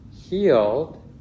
healed